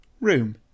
Room